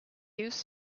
used